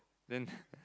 then